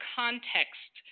context